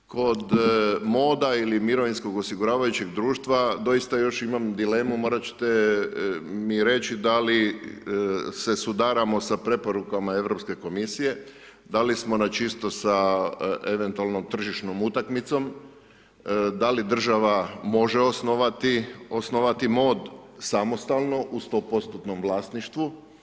Kod MOD-a ili mirovinskog osiguravajućeg društva doista još imam dilemu, morat ćete mi reći da li se sudaramo sa preporukama Europske Komisije, da li smo na čisto sa eventualnom tržišnom utakmicom, da li država može osnovati MOD, samostalno u stopostotnom vlasništvu.